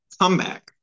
comeback